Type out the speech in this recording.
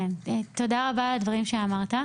תודה רבה על הדברים שאמרת.